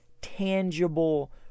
tangible